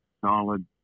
solid